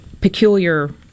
peculiar